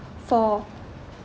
for